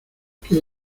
que